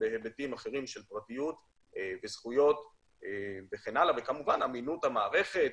בהיבטים אחרים של פרטיות וזכויות וכמובן אמינות המערכת,